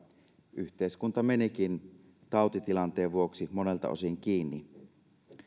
yhteiskunta menikin tautitilanteen vuoksi monelta osin kiinni